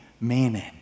meaning